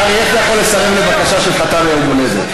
נהרי, איך אתה יכול לסרב לבקשה של חתן יום ההולדת?